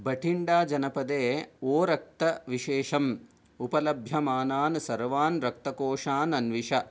भटिण्डाजनपदे O रक्तविशेषम् उपलभ्यमानान् सर्वान् रक्तकोषान् अन्विष